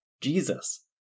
Jesus